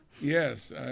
Yes